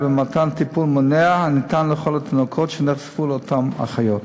אלא במתן טיפול מונע הניתן לכל התינוקות שנחשפו לאותן אחיות.